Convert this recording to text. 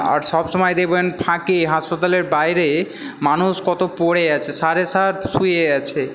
আর সব সময় দেখবেন ফাঁকে হাসপাতালের বাইরে মানুষ কত পড়ে আছে সারে সার শুয়ে আছে